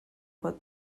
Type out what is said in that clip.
pot